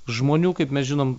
žmonių kaip mes žinom